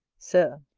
sir,